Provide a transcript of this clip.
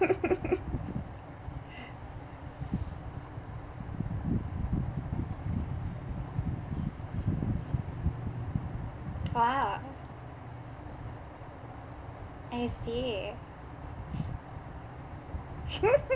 !wow! I see